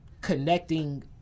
connecting